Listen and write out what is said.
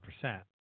percent